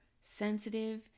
sensitive